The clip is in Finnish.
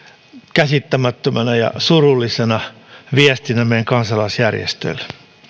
käsittämättömänä ja surullisena viestinä meidän kansalaisjärjestöille